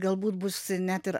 galbūt bus net ir